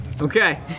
Okay